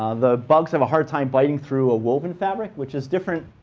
ah the bugs have a harder time biting through a woven fabric, which is different